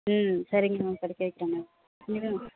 ம் சரிங்க மேம் படிக்க வைக்கிறேன் இனி மேலும்